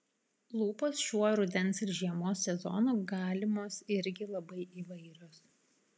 lūpos šiuo rudens ir žiemos sezonu galimos irgi labai įvairios